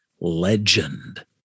legend